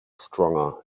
stronger